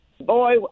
Boy